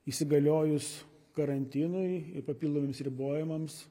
įsigaliojus karantinui ir papildomiems ribojimams